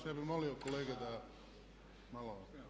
Ja bih molio kolege da malo.